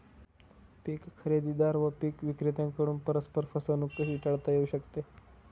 पीक खरेदीदार व पीक विक्रेत्यांकडून परस्पर फसवणूक कशी टाळता येऊ शकते?